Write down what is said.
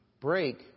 break